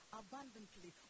abundantly